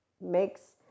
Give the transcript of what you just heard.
makes